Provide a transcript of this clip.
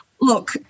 look